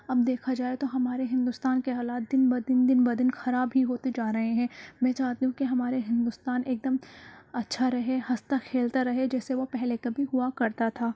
اب دیکھا جائے تو ہمارے ہندوستان کے حالات دِن بہ دن دِن بہ دن خراب ہی ہوتے جا رہے ہیں میں چاہتی ہوں کہ ہمارے ہندوستان ایک دم اچھا رہے ہنستا کھیلتا رہے جیسے وہ پہلے کبھی ہُوا کرتا تھا